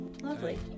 Lovely